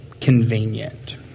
convenient